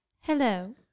Hello